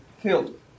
killed